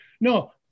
no